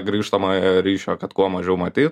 grįžtamąjo ryšio kad kuo mažiau matyt